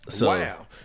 wow